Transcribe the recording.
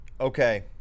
Okay